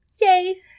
Yay